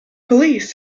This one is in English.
police